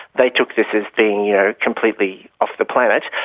they took this as being yeah completely off the planet.